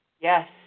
Yes